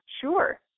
sure